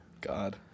God